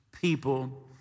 people